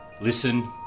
listen